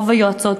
רוב היועצות,